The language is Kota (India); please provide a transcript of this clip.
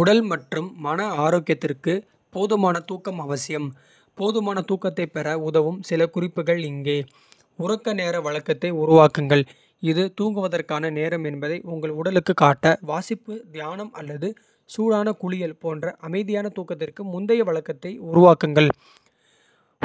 உடல் மற்றும் மன ஆரோக்கியத்திற்கு போதுமான தூக்கம். அவசியம் போதுமான தூக்கத்தைப் பெற உதவும். சில குறிப்புகள் இங்கே உறக்க நேர வழக்கத்தை. உருவாக்குங்கள் இது தூங்குவதற்கான நேரம் என்பதை. உங்கள் உடலுக்குக் காட்ட வாசிப்பு தியானம் அல்லது. சூடான குளியல் போன்ற அமைதியான தூக்கத்திற்கு. முந்தைய வழக்கத்தை உருவாக்குங்கள்